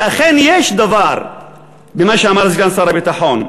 שאכן יש דבר במה שאמר סגן שר הביטחון.